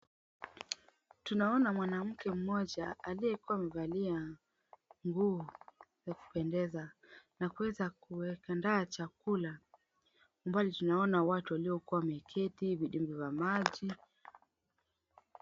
Tunaona mwanamke mmoja aliyekuwa amevalia nguo za kupendeza na kuweza kuandaa chakula, umbali tunaona watu waliokuwa wameketi, vidimbwi vya maji.